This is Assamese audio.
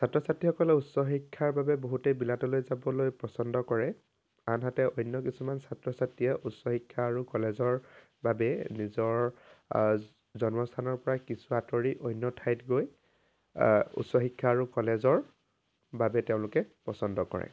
ছাত্ৰ ছাত্ৰীসকলে উচ্চশিক্ষাৰ বাবে বহুতেই বিলাতলৈ যাবলৈ পচন্দ কৰে আনহাতে অন্য কিছুমান ছাত্ৰ ছাত্ৰীয়ে উচ্চশিক্ষা আৰু কলেজৰ বাবে নিজৰ জন্মস্থানৰ পৰাই কিছু আঁতৰি অন্য ঠাইত গৈ উচ্চশিক্ষা আৰু কলেজৰ বাবে তেওঁলোকে পচন্দ কৰে